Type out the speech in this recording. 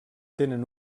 tenen